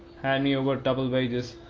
hand me over double wages,